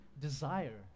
desire